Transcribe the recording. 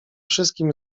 wszystkim